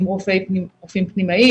הם רופאים פנימאים,